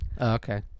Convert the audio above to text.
Okay